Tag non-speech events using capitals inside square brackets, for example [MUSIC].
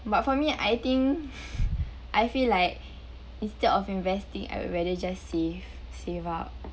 but for me I think [LAUGHS] I feel like instead of investing I would rather just save save up